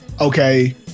Okay